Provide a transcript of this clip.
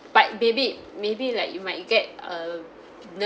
but maybe maybe like you might get a